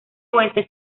oeste